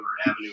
avenue